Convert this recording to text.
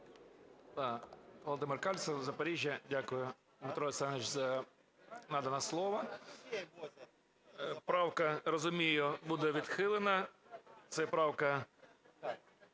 Володимир Кальцев, Запоріжжя. Дякую, Дмитро Олександрович, за надане слово. Правка, розумію, буде відхилена. Це правка